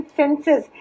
senses